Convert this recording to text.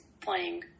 playing